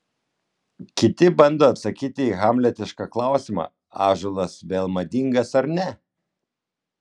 kiti bando atsakyti į hamletišką klausimą ąžuolas vėl madingas ar ne